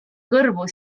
kõrvu